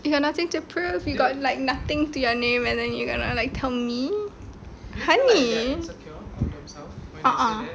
you got nothing to prove you got like nothing to your name and then you going to like tell me honey a'ah